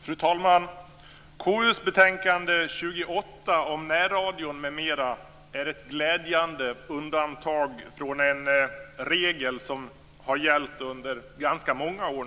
Fru talman! KU:s betänkande 28 om närradio m.m. är ett glädjande undantag från en regel som nu har gällt under ganska många år.